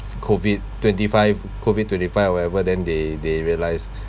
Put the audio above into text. COVID twenty five COVID twenty five or whatever then they they realise